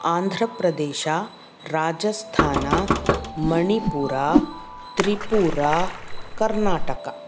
Andhra Pradesh Rajasthan Manipur Tripura Karnataka